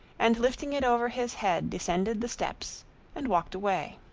and lifting it over his head descended the steps and walked away.